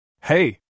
Hey